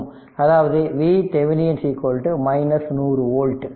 அதாவது VThevenin 100 volt